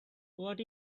what